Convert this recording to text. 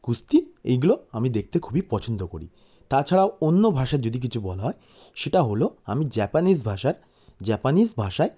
কুস্তি এইগুলো আমি দেকতে খুবই পছন্দ করি তাছাড়াও অন্য ভাষার যদি কিছু বলা হয় সেটা হলো আমি জ্যাপানিস ভাষার জ্যাপানিস ভাষায়